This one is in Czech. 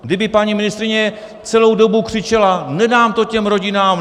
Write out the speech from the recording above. Kdyby paní ministryně celou dobu křičela: Nedám to těm rodinám!